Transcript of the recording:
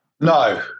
no